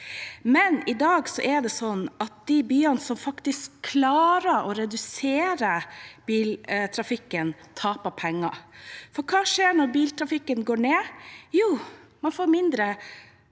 er det likevel sånn at de byene som faktisk klarer å redusere biltrafikken, taper penger. For hva skjer når biltrafikken går ned? Jo, man får mindre